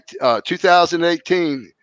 2018